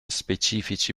specifici